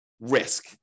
risk